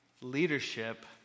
leadership